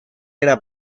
era